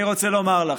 אני רוצה לומר לכם: